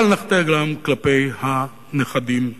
בל נחטא גם כלפי הנכדים שלנו.